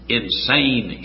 insane